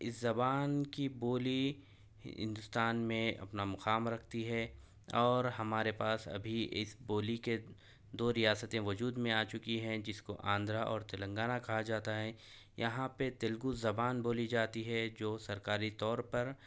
اس زبان کی بولی ہندوستان میں اپنا مقام رکھتی ہے اور ہمارے پاس ابھی اس بولی کے دو ریاستیں وجود میں آ چکی ہیں جس کو آندھرا اور تلنگانہ کہا جاتا ہے یہاں پہ تیلگو زبان بولی جاتی ہے جوسرکاری طور پر